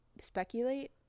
speculate